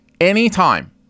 Anytime